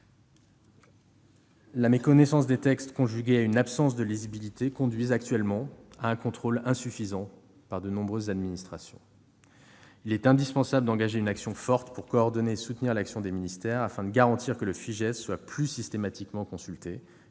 La méconnaissance des textes, conjuguée à une absence de lisibilité, conduit actuellement à un contrôle insuffisant par de nombreuses administrations. Il est indispensable d'engager une action forte pour coordonner et soutenir l'action des ministères afin de garantir une consultation plus systématique du